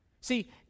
See